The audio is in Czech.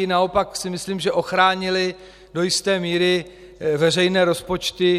Naopak si myslím, že ochránily do jisté míry veřejné rozpočty.